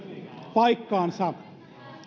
paikkaansa